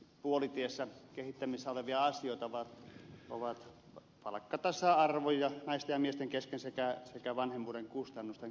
puolitiessä kehittämistä olevia asioita ovat palkkatasa arvo naisten ja miesten kesken sekä vanhemmuuden kustannusten kohdentaminen